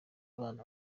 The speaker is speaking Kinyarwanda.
abana